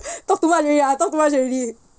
talk too much already I talk too much already